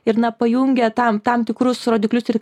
ir na pajungia tam tam tikrus rodiklius ir